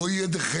בוודאי.